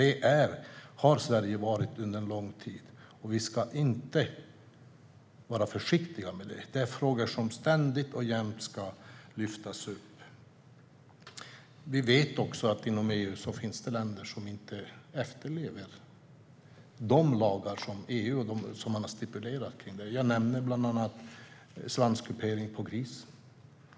Det har Sverige varit under lång tid, och vi ska inte vara försiktiga med det. Det är frågor som ständigt och jämt ska lyftas upp. Vi vet att det inom EU finns länder som inte efterlever de lagar som EU har stipulerat. Jag kan bland annat nämna svanskupering på gris.